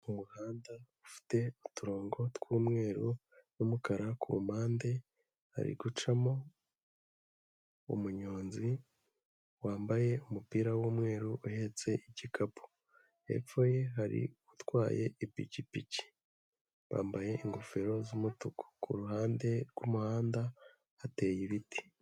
Umuhanda ufite uturongo tw'umweru n'umukara, ku mpande hari gucamo umunyonzi wambaye umupira w'umweru uhetse igikapu, hepfo ye hari utwaye ipikipiki bambaye ingofero z'umutuku, ku ruhande rw'umuhanda hateye ibiti.